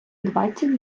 двадцять